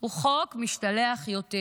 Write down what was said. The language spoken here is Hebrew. הוא חוק משתלח יותר.